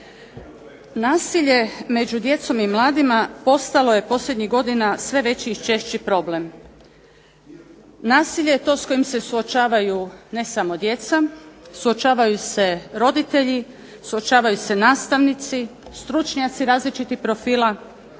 Nasilje među djecom i mladima postalo je posljednjih godina sve veći i češći problem. Nasilje je to s kojim se suočavaju ne samo djeca, suočavaju se roditelji, suočavaju se nastavnici, stručnjaci različitih profila,